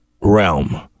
realm